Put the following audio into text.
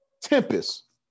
Tempest